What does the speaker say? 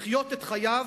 לחיות את חייו